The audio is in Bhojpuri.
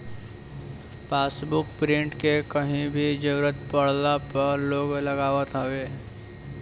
पासबुक प्रिंट के कहीं भी जरुरत पड़ला पअ लोग लगावत हवे